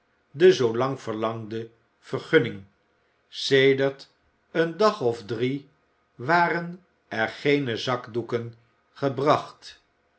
de zoolang verlangde vergunning sedert een dag of drie waren er geene zakdoeken gebracht